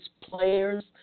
players